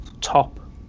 top